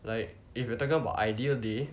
like if you are talking about ideal day